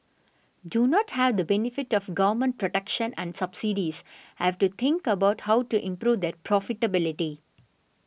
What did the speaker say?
do not have the benefit of government protection and subsidies have to think about how to improve their profitability